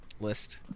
list